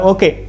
Okay